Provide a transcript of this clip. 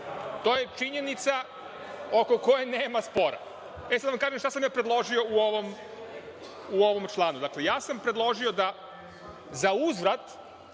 To je činjenica oko koje nema spora. Sada da vam kažem šta sam predložio u ovom članu. Dakle, predložio sam da za uzvrat